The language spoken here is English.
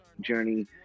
journey